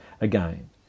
again